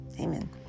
Amen